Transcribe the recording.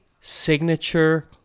signature